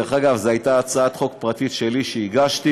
דרך אגב, זו הייתה הצעת חוק פרטית שלי שהגשתי,